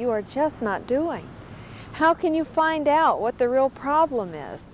you are just not doing how can you find out what the real problem is